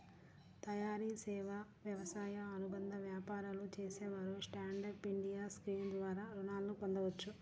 తయారీ, సేవా, వ్యవసాయ అనుబంధ వ్యాపారాలు చేసేవారు స్టాండ్ అప్ ఇండియా స్కీమ్ ద్వారా రుణాలను పొందవచ్చు